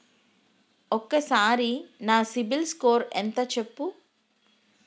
ఒక్కసారి నా సిబిల్ స్కోర్ ఎంత చెప్పు?